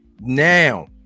now